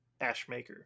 Ashmaker